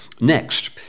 next